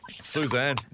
Suzanne